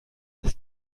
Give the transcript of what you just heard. das